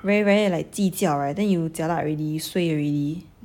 very very like 计较 right then you jialat already you suay already